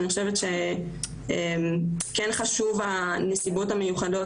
אני חושבת שכן חשוב ה"נסיבות המיוחדות",